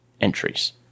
entries